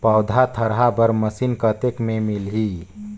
पौधा थरहा बर मशीन कतेक मे मिलही?